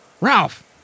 ralph